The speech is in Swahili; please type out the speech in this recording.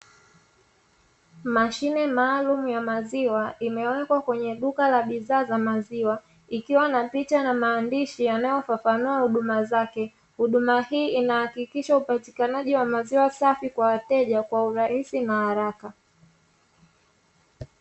Mashine maalumu ya maziwa imewekwa kwenye duka la bidhaa za maziwa, ikiwa na picha na maandishi yanayofafanua huduma zake. Huduma hii inahakikisha upatikanaji wa maziwa safi kwa wateja kwa urahisi na haraka.